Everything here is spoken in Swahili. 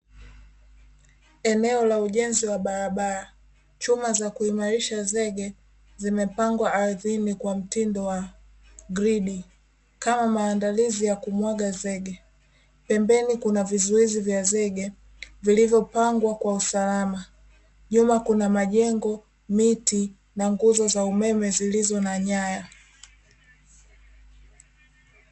Eneo la ujenzi wa barabara, chuma za kuimarisha zege zimepangwa ardhini kwa mtindo wa gridi kama maandalizi ya kumwaga zege, pembeni kuna vizuizi vya zege vilivyopangwa kwa usalama. Nyuma kuna majengo, miti, na nguzo za umeme zilizo na nyaya.